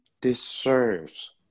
deserves